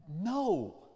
No